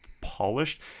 polished